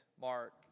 Mark